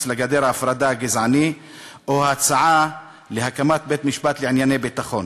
לגדר ההפרדה הגזענית או ההצעה להקים בית-משפט לענייני ביטחון.